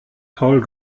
paul